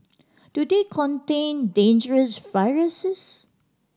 do they contain dangerous viruses